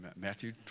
Matthew